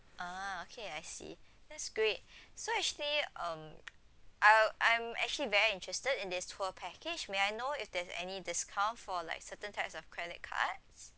ah okay I see that's great so actually um I I'm actually very interested in this tour package may I know if there's any discount for like certain types of credit cards